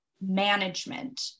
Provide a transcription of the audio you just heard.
management